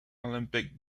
olympic